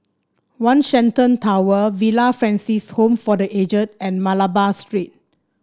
One Shenton Tower Villa Francis Home for The Aged and Malabar Street